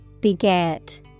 Beget